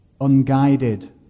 unguided